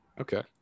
Okay